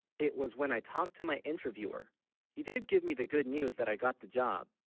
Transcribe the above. it was when i talked to my interviewer he, did give me the good news that i got the job